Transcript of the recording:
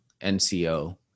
NCO